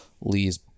lee's